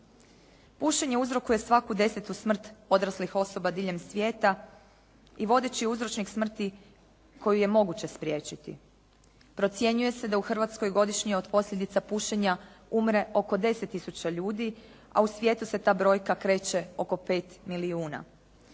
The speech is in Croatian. Pušenje uzrokuje svaku desetu smrt odraslih osoba diljem svijeta i vodeći je uzročnik smrti koji je moguće spriječiti. Procjenjuje se da u Hrvatskoj godišnje od posljedica pušenja umre oko 10 tisuća ljudi a u svijetu se ta brojka kreće oko 5 milijuna.